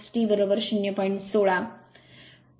16 बरोबर